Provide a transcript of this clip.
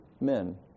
men